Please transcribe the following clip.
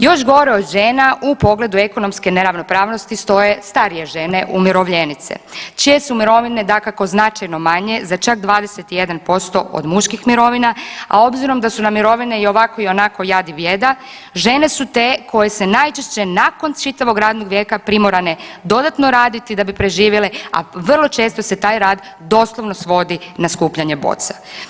Još gore od žena u pogledu ekonomske neravnopravnosti stoje starije žene umirovljenice čije su mirovine dakako značajno manje za čak 21% od muških mirovina, a obzirom da su nam mirovine i ovako i onako jad i bijeda, žene su te koje se najčešće nakon čitavog radnog vijeka primorane dodatno raditi da bi preživjele, a vrlo često se taj rad doslovno svodi na skupljanje boca.